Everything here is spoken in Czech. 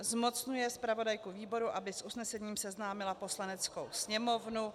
Zmocňuje zpravodajku výboru, aby s usnesením seznámila Poslaneckou sněmovnu.